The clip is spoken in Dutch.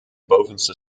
bovenste